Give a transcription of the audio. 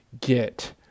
get